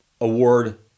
award